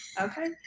Okay